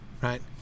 right